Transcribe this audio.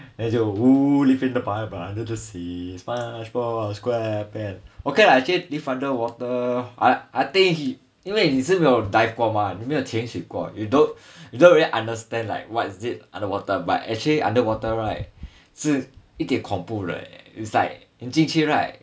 then 就 who live in the pineapple under the sea sponge bob square pants okay lah actually live underwater I I think he 因为你是没有 dive 过吗你没有钱学过 you don't you don't really understand like what is it underwater by actually underwater right 是一点恐怖的 leh is like 你进去 right